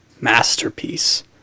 masterpiece